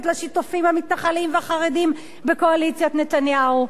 לשותפים המתנחלים והחרדים בקואליציית נתניהו.